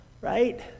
Right